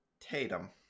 Tatum